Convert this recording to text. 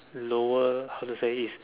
lower how to say it's